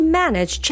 manage